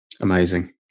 Amazing